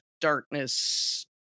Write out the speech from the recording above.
darkness